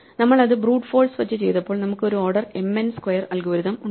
നമ്മൾ അത് brute force വച്ച് ചെയ്തപ്പോൾ നമുക്ക് ഒരു ഓർഡർ mn സ്ക്വയർ അൽഗോരിതം ഉണ്ടായിരുന്നു